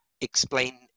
explain